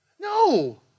No